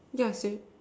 yeah said